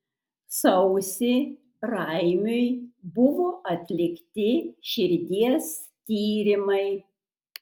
sausį raimiui buvo atlikti širdies tyrimai